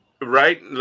Right